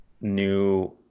new